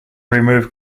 remove